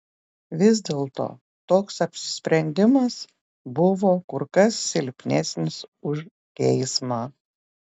vis dėlto toks apsisprendimas buvo kur kas silpnesnis už geismą